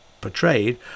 portrayed